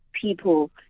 people